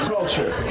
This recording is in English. Culture